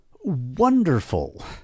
wonderful